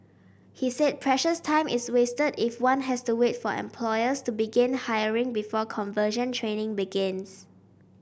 he said precious time is wasted if one has to wait for employers to begin hiring before conversion training begins